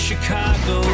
Chicago